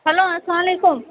hello اسلامُ علیکُم